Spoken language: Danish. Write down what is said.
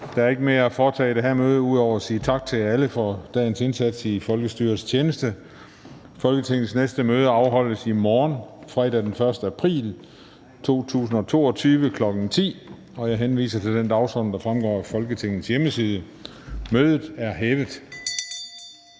Der er ikke mere at foretage i det her møde – ud over at sige tak til jer alle for dagens indsats i folkestyrets tjeneste. Folketingets næste møde afholdes i morgen, fredag den 1. april 2022, kl. 10.00. Jeg henviser til den dagsorden, der fremgår af Folketingets hjemmeside. Mødet er hævet.